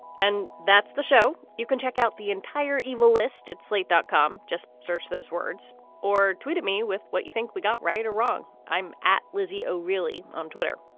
and that's the show. you can check out the entire evilest at slate dot com. just search those words or tweet me with what you think we got right or wrong. i'm at lizzi o'rielly on twitter.